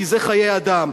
כי זה חיי אדם.